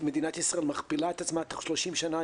מדינת ישראל מכפילה את עצמה תוך 30 שנה,